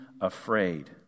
afraid